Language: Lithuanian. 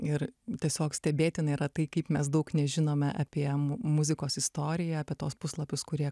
ir tiesiog stebėtina yra tai kaip mes daug nežinome apie muzikos istoriją apie tuos puslapius kurie